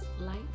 light